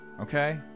Okay